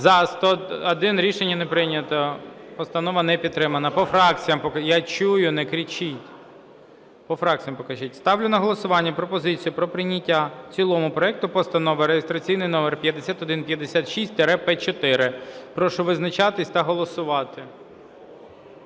За-101 Рішення не прийнято. Постанова не підтримана. По фракціях… Я чую, не кричіть. По фракціях покажіть. Ставлю на голосування пропозицію про прийняття в цілому проекту Постанови реєстраційний номер 5156-П4. Прошу визначатись та голосувати.